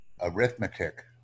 arithmetic